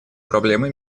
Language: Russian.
проблемы